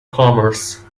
commerce